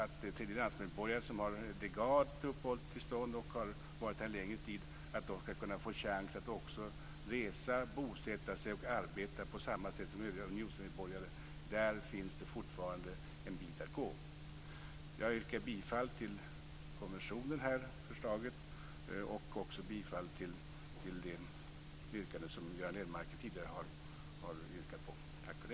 Tredjelandsmedborgare som har ett legalt uppehållstillstånd och har varit här en längre tid skall kunna få en chans att resa, bosätta sig och arbeta på samma sätt som övriga unionsmedborgare. Där finns det fortfarande en bit att gå. Jag yrkar bifall till förslaget här och bifall till de yrkanden som Göran Lennmarker tidigare gjorde.